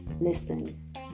Listen